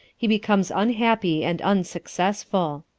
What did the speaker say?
he becomes unhappy and unsuccessful.